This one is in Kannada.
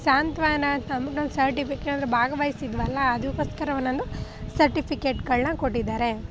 ಸಾಂತ್ವಾನ ಅಂತ ಅಂದ್ಬಿಟ್ಟು ನಮಗೆ ಸರ್ಟಿಫಿಕೆ ಯಾಕಂದ್ರೆ ಭಾಗವಹಿಸಿದ್ವಲ್ಲ ಅದಕ್ಕೋಸ್ಕರ ಒಂದೊಂದು ಸರ್ಟಿಫಿಕೇಟ್ಗಳನ್ನ ಕೊಟ್ಟಿದ್ದಾರೆ